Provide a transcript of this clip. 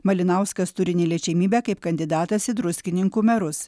malinauskas turi neliečiamybę kaip kandidatas į druskininkų merus